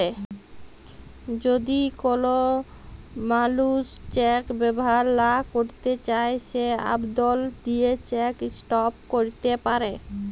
যদি কল মালুস চ্যাক ব্যাভার লা ক্যইরতে চায় সে আবদল দিঁয়ে চ্যাক ইস্টপ ক্যইরতে পারে